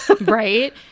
Right